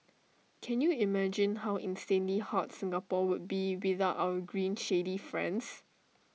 can you imagine how insanely hot Singapore would be without our green shady friends